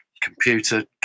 computer